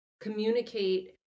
communicate